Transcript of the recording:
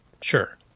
Sure